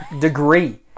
degree